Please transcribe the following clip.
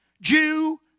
Jew